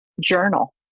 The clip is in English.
journal